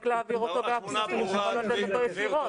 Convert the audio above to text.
להעביר אותו --- ותוכל לתת אותו ישירות.